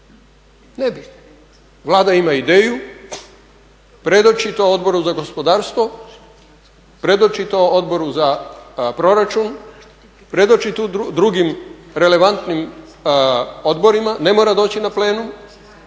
Ne bi. Vlada ima ideju, predoči to Odbor za gospodarstvo, predoči to Odbor za proračun, predoči to drugim relevantnim odborima, ne mora doći na plenum